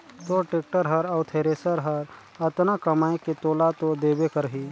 तोर टेक्टर हर अउ थेरेसर हर अतना कमाये के तोला तो देबे करही